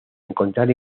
encontrar